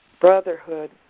brotherhood